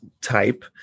type